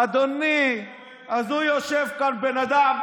אדוני, אז הוא יושב כאן, בן אדם,